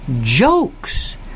jokes